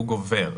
הוא גובר.